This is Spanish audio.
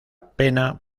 pena